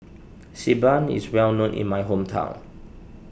Xi Ban is well known in my hometown